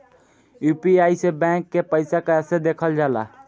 UPI से bank के पैसा कैसे देखल जाला?